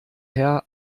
herr